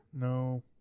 No